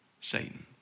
Satan